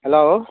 hello